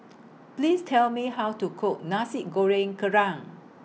Please Tell Me How to Cook Nasi Goreng Kerang